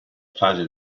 fase